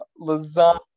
lasagna